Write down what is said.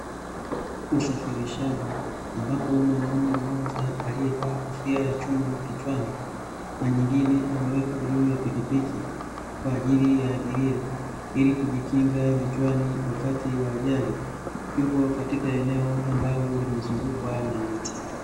Usafirishaji ambapo mwanaume mmoja aliyevaa kofia ya chuma kichwani, na nyingine ameweka juu ya pikipiki, kwaajili ya abiria , ili kujikinga vichwani wakati wa ajali, yupo katika eneo ambalo limezungukwa na miti.